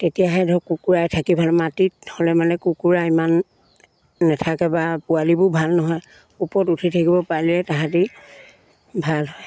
তেতিয়াহে ধৰক কুকুৰাই থাকি ভাল মাটিত হ'লে মানে কুকুৰা ইমান নেথাকে বা পোৱালিবোৰ ভাল নহয় ওপৰত উঠি থাকিব পাৰিলে তাহাঁতি ভাল হয়